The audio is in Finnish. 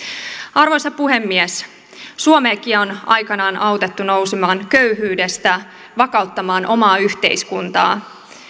arvoisa puhemies suomeakin on aikanaan autettu nousemaan köyhyydestä vakauttamaan omaa yhteiskuntaa